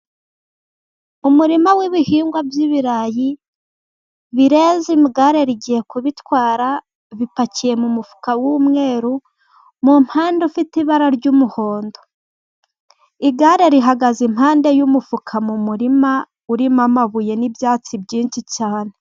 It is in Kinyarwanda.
Umurima w'ibihingwa by'ibirayi bireze igare rigiye kubitwara, bipakiye mu mufuka w'umweru, mu mpande ufite ibara ry'umuhondo, igare rihagaze impande y'umufuka mu murima, urimo amabuye n'ibyatsi byinshi cyane.